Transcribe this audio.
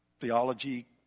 theology